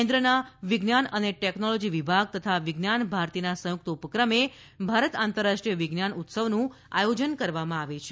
કેન્દ્રના વિજ્ઞાન ટેકનોલોજી વિભાગ તથા વિજ્ઞાન ભારતીના સંયુક્ત ઉપક્રમે ભારત આંતરરાષ્ટ્રીય વિજ્ઞાન ઉત્સવનું આયોજન કરવામાં આવે છે